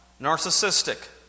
narcissistic